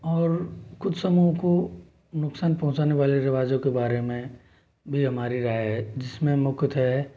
और कुछ समूहों को नुकसान पहुँचाने वाले रिवाजों के बारे में भी हमारी राय है जिसमें मुख्यतः